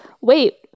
wait